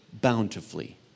bountifully